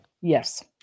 Yes